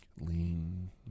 lean